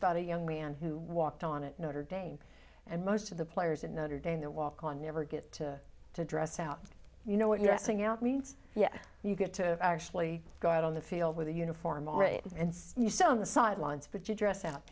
about a young man who walked on it notre dame and most of the players in notre dame the walk on never get to dress out you know what you're saying out means you get to actually go out on the field with the uniform all right and you saw on the sidelines but you dress up